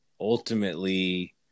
ultimately